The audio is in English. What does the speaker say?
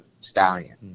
stallion